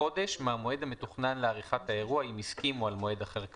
חודש מהמועד המתוכנן לעריכת האירוע אם הסכימו על מועד אחר כאמור,